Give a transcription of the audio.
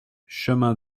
chemin